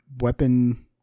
weapon